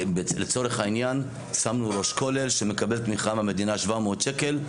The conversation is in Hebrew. לצורך העניין שמנו ראש כולל שמקבל תמיכה מהמדינה 700 שקל.